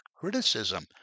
criticism